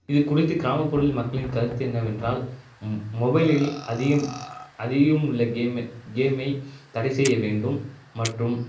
இது குறித்து கிராமப்புற மக்களின் கருத்து என்னவென்றால் மொபைலில் அதிகம் அதிகம் உள்ள கேமை கேமை தடை செய்ய வேண்டும் மற்றும்